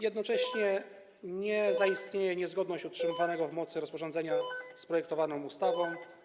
Jednocześnie nie zaistnieje niezgodność utrzymywanego w mocy rozporządzenia z projektowaną ustawą.